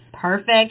Perfect